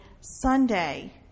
Sunday